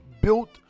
built